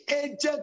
agent